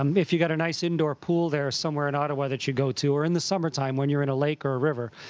um if you've got a nice indoor pool there somewhere in ottawa that you go to or in the summertime when you're in a lake or a river,